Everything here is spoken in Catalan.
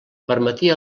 permetia